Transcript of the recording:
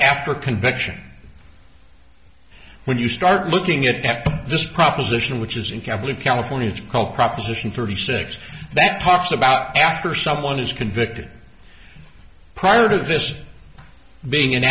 after a conviction when you start looking at this proposition which is in couple of california it's called proposition thirty six that talks about after someone is convicted prior to this being